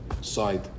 side